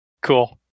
Cool